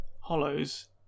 hollows